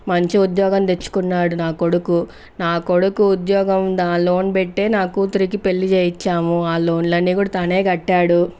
మంచి ఉద్యోగం తెచ్చుకున్నాడు నా కొడుకు నా కొడుకు ఉద్యోగం దానిలో లోన్ పెట్టే నా కూతురుకి పెళ్లి చేయిచ్చాం ఆ లోన్లన్నీ తనే కట్టాడు